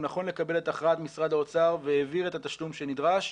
נכון לקבל את הכרעת משרד האוצר והעביר את התשלום שנדרש.